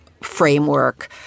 framework